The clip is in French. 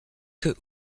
que